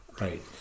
right